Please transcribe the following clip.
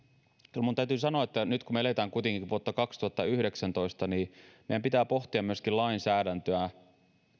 kyllä minun täytyy sanoa että nyt kun me elämme kuitenkin vuotta kaksituhattayhdeksäntoista niin meidän pitää pohtia myöskin lainsäädäntöä